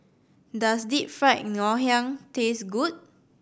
does Deep Fried Ngoh Hiang taste good